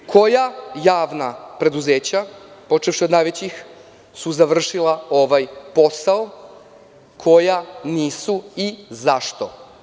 Evo prvog pitanja – koja javna preduzeća, počevši od najvećih su završila ovaj posao, koja nisu i zašto?